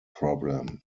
problem